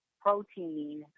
protein